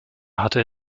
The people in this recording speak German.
hatte